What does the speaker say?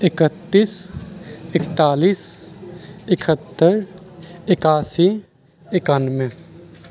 एकतीस एकतालिस एकहत्तर एकासी एकानबे